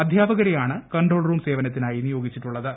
അധ്യാപകരെയാണ് control room സേവനത്തിനായി നിയോഗിച്ചിട്ടുള്ളത്